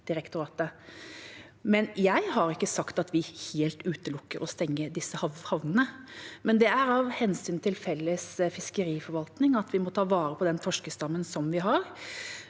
Men jeg har ikke sagt at vi utelukker helt å stenge disse havnene. Det er av hensyn til felles fiskeriforvalt ning vi må ta vare på den torskestammen som vi har,